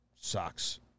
Sucks